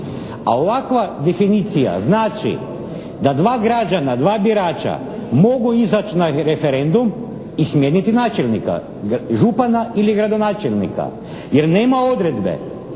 A ovakva definicija znači da dva građana, dva birač mogu izaći na referendum i smijeniti načelnika, župana ili gradonačelnika jer nema odredbe